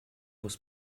muss